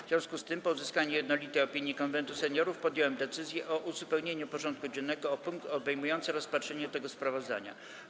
W związku z tym, po uzyskaniu jednolitej opinii Konwentu Seniorów, podjąłem decyzję o uzupełnieniu porządku dziennego o punkt obejmujący rozpatrzenie tego sprawozdania.